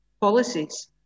policies